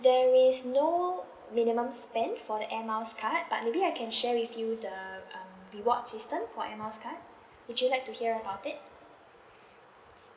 there is no minimum spend for the air miles card but maybe I can share with you the um rewards system for air miles card would you like to hear about it